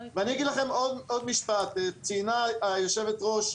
ואני אגיד לכם עוד משפט: ציינה יושבת הראש,